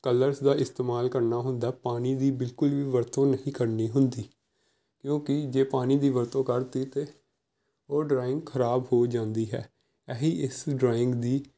colours ਦਾ ਇਸਤੇਮਾਲ ਕਰਨਾ ਹੁੰਦਾ ਪਾਣੀ ਦੀ ਬਿਲਕੁਲ ਵੀ ਵਰਤੋਂ ਨਹੀਂ ਕਰਨੀ ਹੁੰਦੀ ਕਿਉਂਕਿ ਜੇ ਪਾਣੀ ਦੀ ਵਰਤੋਂ ਕਰਤੀ ਤਾਂ ਉਹ ਡਰਾਇੰਗ ਖਰਾਬ ਹੋ ਜਾਂਦੀ ਹੈ ਇਹੀ ਇਸ ਡਰਾਇੰਗ ਦੀ